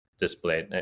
displayed